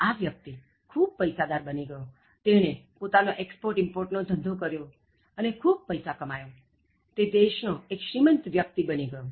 આ વ્યક્તિ ખૂબ પૈસાદાર બની ગયોતેણે પોતાનો એક્ષ્પોર્ટ ઇમ્પોર્ટ નો ધંધો કર્યો અને ખૂબ પૈસા કમાયો તે દેશ નો એક શ્રીમંત વ્યક્તિ બની ગયો